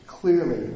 Clearly